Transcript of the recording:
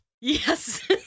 Yes